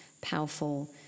powerful